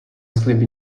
sliby